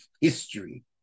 history